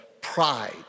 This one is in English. Pride